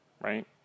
right